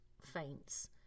faints